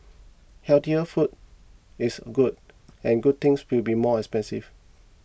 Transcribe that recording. healthier food is good and good things will be more expensive